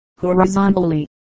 horizontally